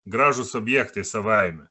gražūs objektai savaime